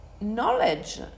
Knowledge